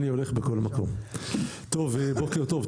בוקר טוב.